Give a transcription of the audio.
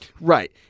Right